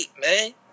man